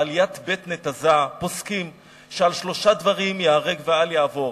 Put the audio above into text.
בעליית בית נתזה פוסקים שעל שלושה דברים ייהרג ואל יעבור,